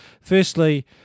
Firstly